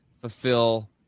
fulfill